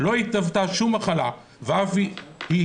לא התהוותה שום מחלה ואף אין